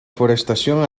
forestación